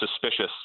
suspicious